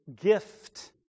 gift